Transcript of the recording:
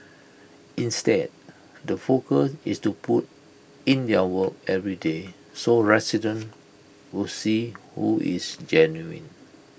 instead the focus is to put in their work every day so residents will see who is genuine